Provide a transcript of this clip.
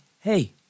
Hey